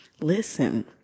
listen